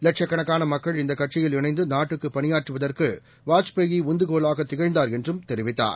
லட்சக்கணக்கான மக்கள் இந்த கட்சியில் இணைந்து நாட்டுக்கு பணியாற்றுவதற்கு வாஜ்பாய் உந்துகோலாக திகழ்ந்தார் என்றும் தெரிவித்தார்